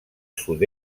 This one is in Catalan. sud